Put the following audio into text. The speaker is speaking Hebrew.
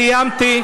סיימתי.